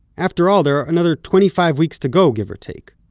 after all, there are another twenty-five weeks to go, give or take.